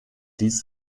dies